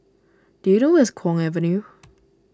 do you know where is Kwong Avenue